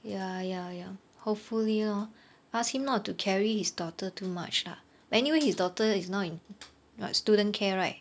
ya ya ya hopefully lor ask him not to carry his daughter too much lah but anyway his daughter is now in what student care right